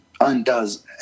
undoes